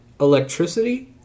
electricity